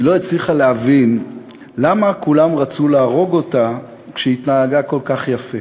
היא לא הצליחה להבין למה כולם רצו להרוג אותה כשהיא התנהגה כל כך יפה.